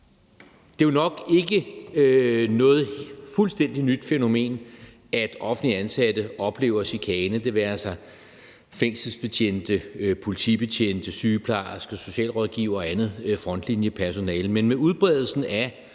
Det er jo nok ikke noget fuldstændig nyt fænomen, at offentligt ansatte oplever chikane, det være sig fængselsbetjente, politibetjente, sygeplejersker, socialrådgivere og andet frontlinjepersonale, men med udbredelsen af